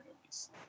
movies